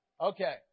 Okay